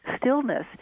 stillness